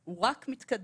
הוא רק מתקדם,